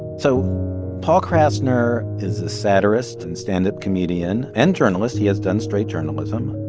so paul krassner is a satirist and standup comedian and journalist. he has done straight journalism.